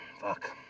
Fuck